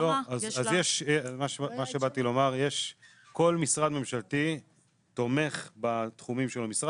כל משרד ממשלתי תומך בתחומים של המשרד.